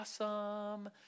awesome